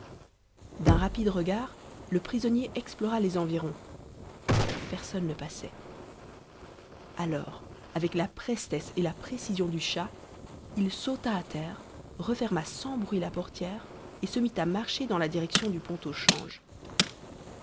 d'un rapide regard le prisonnier explora les environs personne ne passait alors avec la prestesse et la précision du chat il sauta à terre referma sans bruit la portière et se mit à marcher dans la direction du pont au change